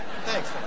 Thanks